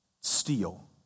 steal